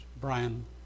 Brian